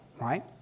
right